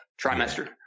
trimester